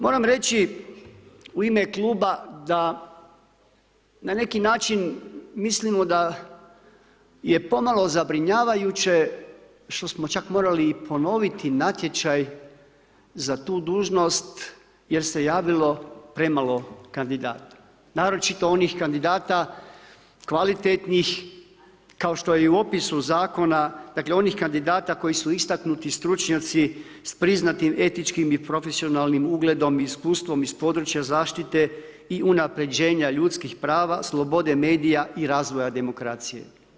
Moram reći u ime kluba da na neki način mislimo da je pomalo zabrinjavajuće što smo čak morali i ponoviti natječaj za tu dužnost jer se javilo premalo kandidata naročito onih kandidata kvalitetnih kao što je i u opisu zakona, dakle onih kandidata koji su istaknuti stručnjaci sa priznatim etičkim i profesionalnim ugledom, iskustvom iz područja zaštite i unapređenja ljudskih prava, slobode medija i razvoja demokracije.